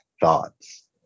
thoughts